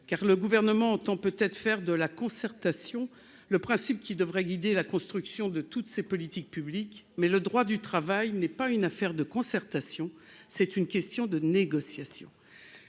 car le gouvernement temps peut-être faire de la concertation, le principe qui devraient guider la construction de toutes ces politiques publiques mais le droit du travail n'est pas une affaire de concertation, c'est une question de négociation.